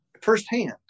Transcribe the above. firsthand